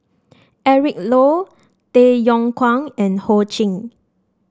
Eric Low Tay Yong Kwang and Ho Ching